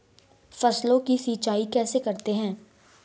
फसलों की सिंचाई कैसे करते हैं?